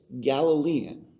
Galilean